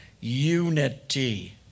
unity